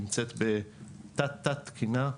נמצאת בתת תת תקינה,